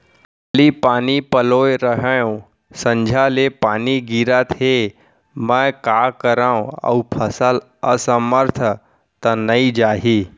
काली पानी पलोय रहेंव, संझा ले पानी गिरत हे, मैं का करंव अऊ फसल असमर्थ त नई जाही?